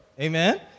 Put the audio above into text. Amen